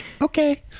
okay